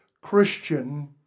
Christian